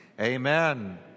Amen